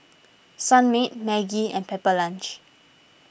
Sunmaid Maggi and Pepper Lunch